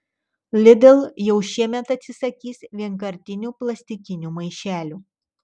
lidl jau šiemet atsisakys vienkartinių plastikinių maišelių